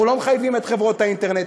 אנחנו לא מחייבים את חברות האינטרנט,